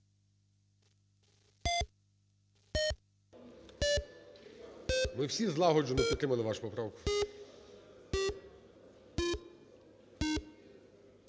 Ви всі злагоджено підтримували вашу поправку.